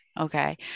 okay